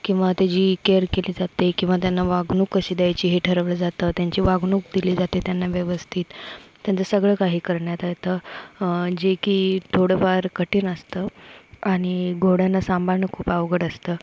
किंवा त्याची केअर केली जाते किंवा त्यांना वागणूक कशी द्यायची हे ठरवलं जातं त्यांची वागणूक दिली जाते त्यांना व्यवस्थित त्यांचं सगळं काही करण्यात येतं जे की थोडंफार कठीण असतं आणि घोड्यांना सांभाळणं खूप आवड असतं